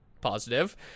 positive